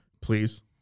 Please